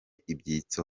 ibyitso